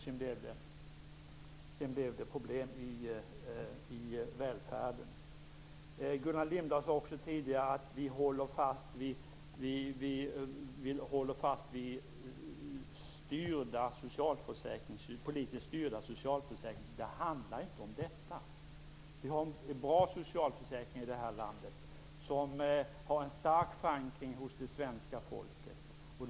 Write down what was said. Sedan blev det problem i välfärden. Gullan Lindblad sade också tidigare att vi håller fast vid politiskt styrda socialförsäkringssystem. Det handlar inte om detta! Vi har i det här landet en bra socialförsäkring som har en stark förankring hos det svenska folket.